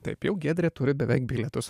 taip jau giedrė turi beveik bilietus